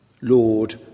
Lord